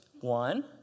one